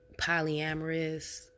polyamorous